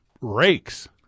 rakes